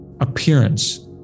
appearance